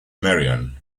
merion